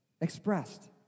expressed